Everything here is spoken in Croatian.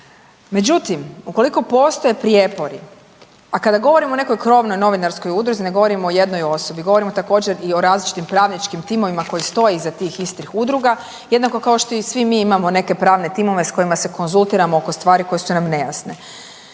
Međutim, ukoliko postoje prijepori, a kada govorim o nekoj krovnoj novinarskoj udruzi ne govorim o jednoj osobi. Govorimo također i o različitim pravničkim timovima koji stoje iza tih istih udruga, jednako kao što i svi mi imamo neke pravne timove sa kojima se konzultiramo oko stvari koje su nam nejasne.